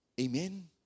Amen